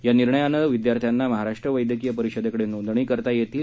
या निर्णयामुळे या विद्यार्थ्यांना महाराष्ट्र वैद्यकीय परिषदेकडे नोंदणी करता येईल